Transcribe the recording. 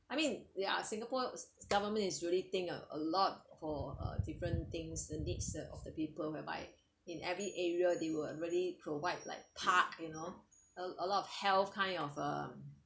I mean ya singapore government is really think a a lot for uh different things the needs the of the people whereby in every area they will really provides like park you know a a lot of health kind of uh